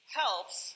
helps